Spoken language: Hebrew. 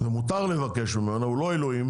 ומותר לבקש ממנו, הוא לא אלוהים